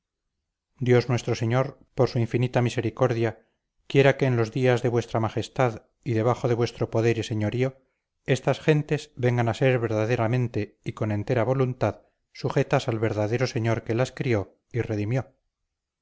dios nuestro señor por su infinita misericordia quiera que en los días de vuestra majestad y debajo de vuestro poder y señorío estas gentes vengan a ser verdaderamente y con entera voluntad sujetas al verdadero señor que las crió y redimió